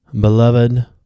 Beloved